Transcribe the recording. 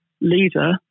leader